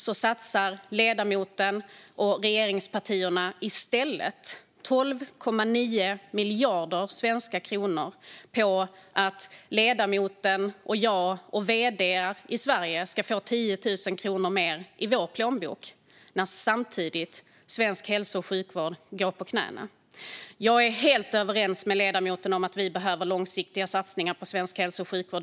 Då satsar ledamotens parti och regeringspartierna 12,9 miljarder svenska kronor på att ledamoten, jag och vd:ar i Sverige ska få 10 000 kronor mer i våra plånböcker samtidigt som svensk hälso och sjukvård går på knäna. Jag är helt överens med ledamoten om att vi behöver långsiktiga satsningar på svensk hälso och sjukvård.